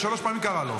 שלוש פעמים היא קראה לו.